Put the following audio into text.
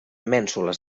mènsules